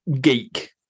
geek